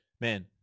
man